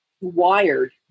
wired